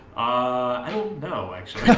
i don't know actually